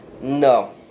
No